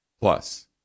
Plus